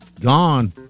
gone